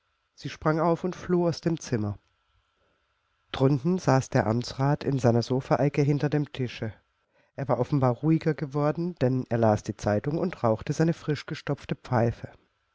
sie sprang auf und floh aus dem zimmer drunten saß der amtsrat in seiner sofaecke hinter dem tische er war offenbar ruhiger geworden denn er las die zeitung und rauchte seine frischgestopfte pfeife